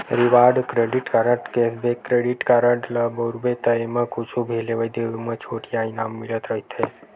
reward credit card, cashback credit card ल बउरबे त एमा कुछु भी लेवइ देवइ म छूट या इनाम मिलत रहिथे